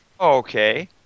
Okay